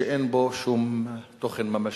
שאין בו שום תוכן ממשי.